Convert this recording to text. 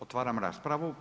Otvaram raspravu.